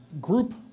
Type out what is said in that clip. Group